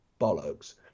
bollocks